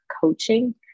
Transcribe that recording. coaching